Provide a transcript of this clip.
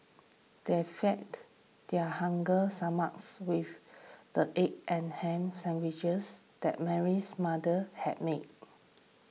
they fed their hunger stomachs with the egg and ham sandwiches that Mary's mother had made